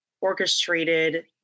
orchestrated